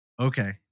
okay